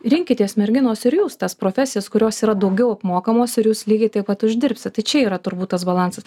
rinkitės merginos ir jūs tas profesijas kurios yra daugiau apmokamos ir jūs lygiai tiek pat uždirbsit tai čia yra turbūt tas balansas